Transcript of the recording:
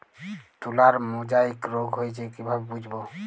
তুলার মোজাইক রোগ হয়েছে কিভাবে বুঝবো?